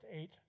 eight